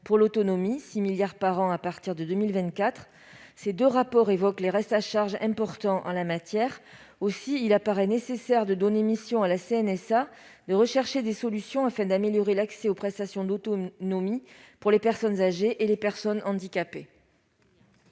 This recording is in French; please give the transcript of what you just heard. pour l'autonomie, s'élevant à 6 milliards d'euros par an à partir de 2024, et évoquent des restes à charge substantiels. Aussi, il apparaît nécessaire de donner mission à la CNSA de rechercher des solutions, afin d'améliorer l'accès aux prestations d'autonomie pour les personnes âgées et les personnes handicapées.